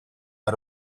out